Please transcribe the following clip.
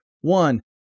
One